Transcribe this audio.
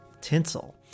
Tinsel